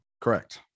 Correct